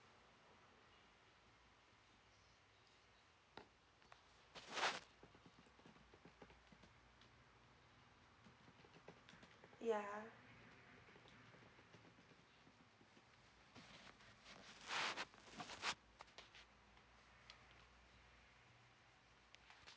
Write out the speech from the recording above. ya